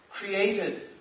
created